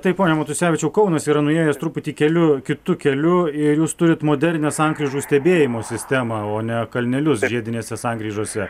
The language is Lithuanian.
taip pone matusevičiau kaunas yra nuėjęs truputį keliu kitu keliu ir jūs turit modernią sankryžų stebėjimo sistemą o ne kalnelius žiedinėse sankryžose